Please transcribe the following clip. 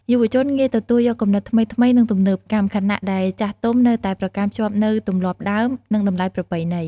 យុវជនងាយទទួលយកគំនិតថ្មីៗ និងទំនើបកម្ម ខណៈដែលចាស់ទុំនៅតែប្រកាន់ខ្ជាប់នូវទម្លាប់ដើម និងតម្លៃប្រពៃណី។